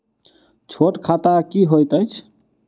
छोट खाता की होइत अछि